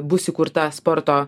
bus įkurta sporto